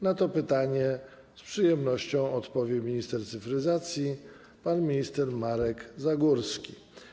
Na to pytanie z przyjemnością odpowie minister cyfryzacji pan Marek Zagórski.